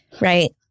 right